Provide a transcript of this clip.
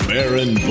Baron